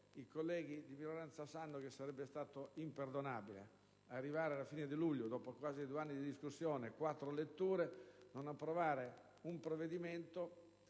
Grazie,